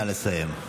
נא לסיים.